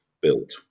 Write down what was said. built